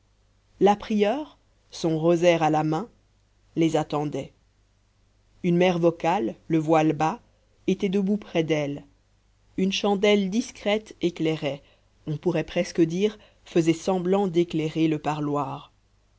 la prieure son rosaire à la main les attendait une mère vocale le voile bas était debout près d'elle une chandelle discrète éclairait on pourrait presque dire faisait semblant d'éclairer le parloir